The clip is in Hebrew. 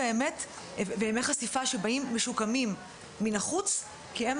וימי חשיפה שבאים משוקמים מן החוץ כי הם